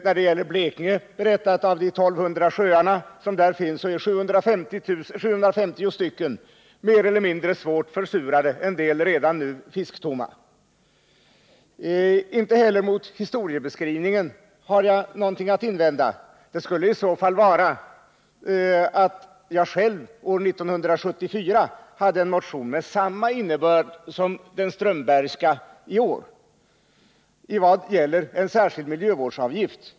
När det gäller Blekinge kan jag omtala att av de 1 200 sjöar som där finns är 750 sjöar mer eller mindre svårt försurade. En del av dessa är redan nu tomma på fisk. Om jag har något att invända emot historieskrivningen skulle det i så fall vara att jag själv år 1974 väckte en motion med samma innebörd som den Strömbergska motionen i år i vad gäller en särskild miljövårdsavgift.